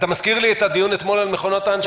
אתה מזכיר לי את הדיון אתמול על מכונות ההנשמה.